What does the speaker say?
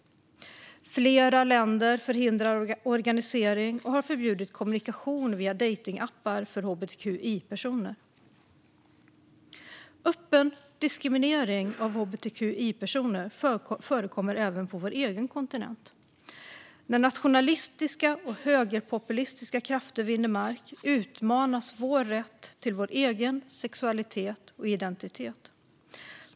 Flera länder förhindrar organisering och har förbjudit kommunikation via dejtingappar för hbtqi-personer. Öppen diskriminering av hbtqi-personer förekommer även på vår egen kontinent. När nationalistiska och högerpopulistiska krafter vinner mark utmanas vår rätt till vår egen sexualitet och identitet.